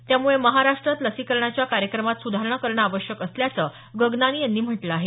त्यामुळे महाराष्ट्रात लसीकरणाच्या कार्यक्रमात सुधारणा करणं आवश्यक असल्याचं गगनानी यांनी म्हटलं आहे